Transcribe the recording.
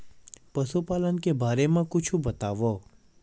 पशुपालन के बारे मा कुछु बतावव?